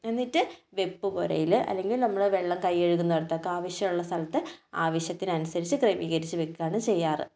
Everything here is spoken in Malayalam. എന്നിട്ട് വെപ്പുപുരയിൽ അല്ലെങ്കിൽ നമ്മൾ വെള്ളം കൈ കഴുകുന്നിടത്തൊക്കെ ആവശ്യമുള്ള സ്ഥലത്ത് ആവശ്യത്തിനനുസരിച്ച് ക്രമീകരിച്ചു വെക്കുകയാണ് ചെയ്യാറ്